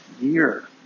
year